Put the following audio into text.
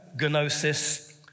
Gnosis